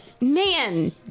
Man